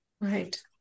Right